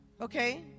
Okay